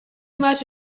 much